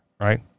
Right